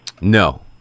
No